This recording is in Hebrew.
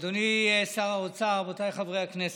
אדוני שר האוצר, רבותיי חברי הכנסת,